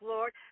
Lord